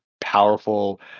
powerful